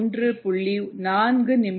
4 நிமிடங்கள் ஆகும்